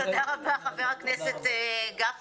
תודה רבה חה"כ גפני.